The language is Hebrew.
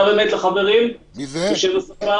ננעלה בשעה